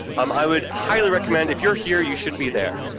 um i would highly recommend, if you're here, you should be there.